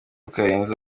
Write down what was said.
ukarenza